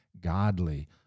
godly